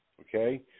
Okay